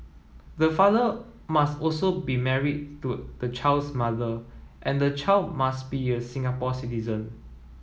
the father must also be married to the child's mother and the child must be a Singapore citizen